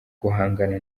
guhangana